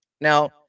Now